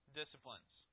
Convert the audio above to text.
disciplines